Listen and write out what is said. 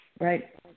right